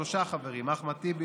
שלושה חברים: אחמד טיבי,